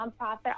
nonprofit